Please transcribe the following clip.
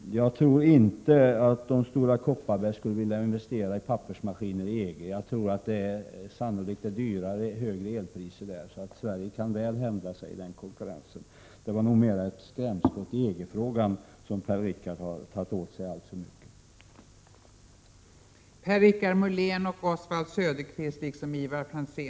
Jag tror inte att Stora Kopparberg skulle vilja investera i pappersmaskiner i EG. Elpriserna är sannolikt högre där, så Sverige kan hävda sig väl i den Prot. 1987/88:135 konkurrensen. Det var nog mera ett skrämskott i EG-frågan som Per 7 juni 1988 Richard Molén har tagit åt sig alltför mycket av. RNE Energipolitik inför a : S 7 så ä 1990-talet